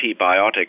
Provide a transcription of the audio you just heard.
antibiotic